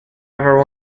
ever